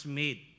made